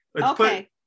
okay